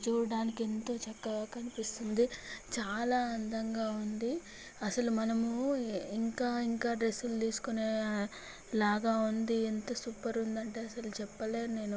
చూడటానికి ఎంతో చక్కగా కనిపిస్తుంది చాలా అందంగా ఉంది అసలు మనము ఇంకా ఇంకా డ్రెస్సులు తీసుకునేలాగా ఉంది ఎంత సూపర్ ఉందంటే అసలు చెప్పలేను నేను